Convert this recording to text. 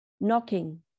knocking